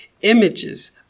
images